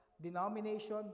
denomination